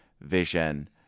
vision